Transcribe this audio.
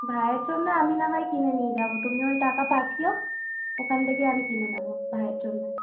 ভাইয়ের জন্য আমি না হয় কিনে নিয়ে যাব তুমি ওই টাকা পাঠিও ওখান থেকে আমি কিনে নেব ভাইয়ের জন্য